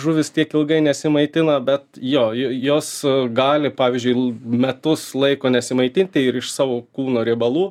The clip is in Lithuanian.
žuvys tiek ilgai nesimaitina bet jo jos gali pavyzdžiui metus laiko nesimaitinti ir iš savo kūno riebalų